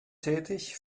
tätig